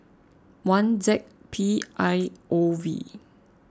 one Z P I O V